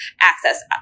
access